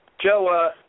Joe